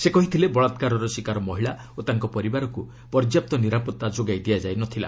ସେ କହିଥିଲେ ବଳାତ୍କାରର ଶିକାର ମହିଳା ଓ ତାଙ୍କ ପରିବାରକୁ ପର୍ଯ୍ୟାପ୍ତ ନିରାପତ୍ତା ଯୋଗାଇ ଦିଆଯାଇ ନଥିଲା